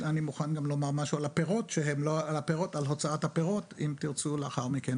אני מוכן גם לומר משהו על הוצאת הפירות אם תרצו לאחר מכן,